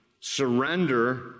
surrender